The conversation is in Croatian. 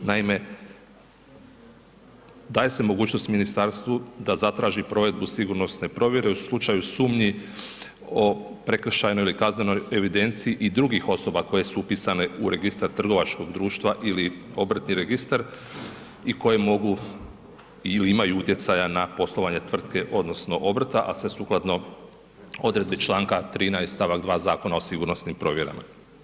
Naime, daje se mogućnost ministarstvu da zatraži provedbu sigurnosne provjere u slučaju sumnji o prekršajnoj ili kaznenoj evidenciji i drugih osoba koje su upisane u registar trgovačkog društva ili obrt i registar i koje mogu ili imaju utjecaja na poslovanje tvrtke odnosno obrta, a sve sukladno odredbi Članka 13. stavak 2. Zakona o sigurnosnim provjerama.